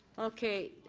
okay